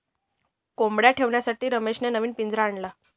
कोंबडया ठेवण्यासाठी रमेशने नवीन पिंजरा आणला